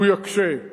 יכול להיות שהוא יקשה.